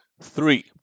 three